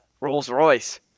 Rolls-Royce